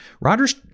Rodgers